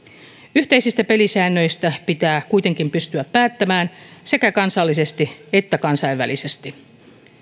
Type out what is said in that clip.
yhteisistä pelisäännöistä pitää kuitenkin pystyä päättämään sekä kansallisesti että kansainvälisesti